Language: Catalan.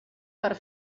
per